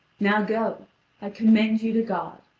now go i commend you to god.